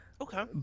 Okay